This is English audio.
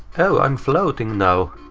oh! i'm floating now.